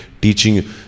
teaching